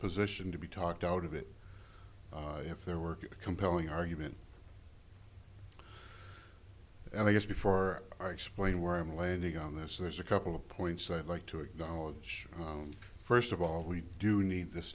positioned to be talked out of it if there were a compelling argument and i guess before i explain where i'm landing on this there's a couple of points i'd like to acknowledge first of all we do need this